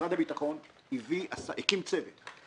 משרד הביטחון הקים צוות,